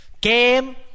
game